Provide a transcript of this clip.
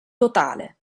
totale